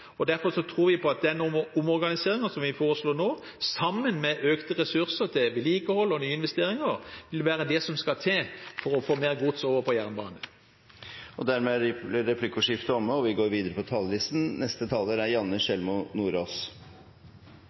tiltak. Derfor tror vi på at den omorganiseringen som vi foreslår nå, sammen med økte ressurser til vedlikehold og nye investeringer, vil være det som skal til for å få mer gods over på jernbane. Dermed er replikkordskiftet omme. Først vil jeg på vegne av Senterpartiet få si at det er lagt opp til en uforsvarlig behandlingsmåte i denne saken. Å behandle en så stor og